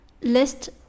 List